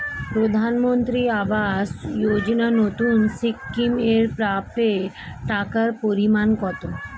প্রধানমন্ত্রী আবাস যোজনায় নতুন স্কিম এর প্রাপ্য টাকার পরিমান কত?